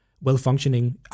well-functioning